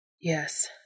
Yes